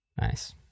nice